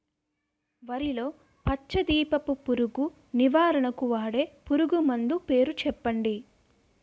వరిలో పచ్చ దీపపు పురుగు నివారణకు వాడే పురుగుమందు పేరు చెప్పండి?